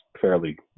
fairly